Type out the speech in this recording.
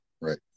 right